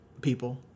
people